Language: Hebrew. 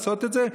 לעשות את זה?